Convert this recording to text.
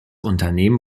unternehmen